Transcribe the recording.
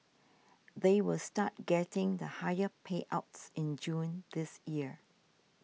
they will start getting the higher payouts in June this year